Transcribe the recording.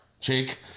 Jake